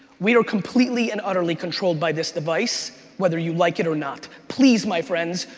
we are completely and utterly controlled by this device whether you like it or not. please, my friends,